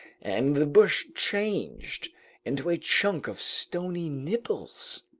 and the bush changed into a chunk of stony nipples.